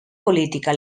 política